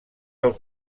del